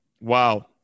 Wow